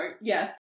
Yes